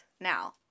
now